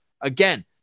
again